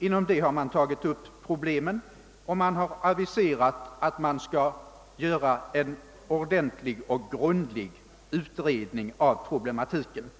som har tagit upp textiloch konfektionsindustrins svårigheter och aviserat att rådet skall göra en ordentlig och grundlig utredning av problematiken.